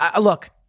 Look